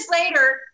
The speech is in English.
later